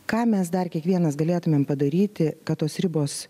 ką mes dar kiekvienas galėtumėm padaryti kad tos ribos